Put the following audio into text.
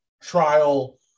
trial